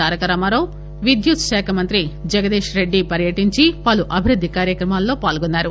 తారకరామారావు విద్యుత్ శాఖ మంత్రి జగదీష్ రెడ్డి పర్యటించి పలు అభివృద్ధి కార్యక్రమాలలో పాల్గొన్నారు